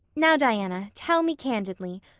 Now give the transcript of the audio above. now, diana, tell me candidly,